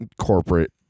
corporate